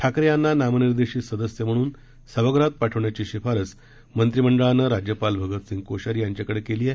ठाकरे यांना नामनिर्देशित सदस्य म्हणून सभागृहात पाठवण्याची शिफारस मंत्रिमंडळानं राज्यपाल भगतसिंग कोश्यारी यांच्याकडे केली आहे